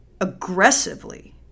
aggressively